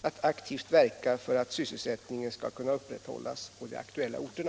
att aktivt verka för att sysselsättningen skall kunna upprätthållas på de aktuella orterna.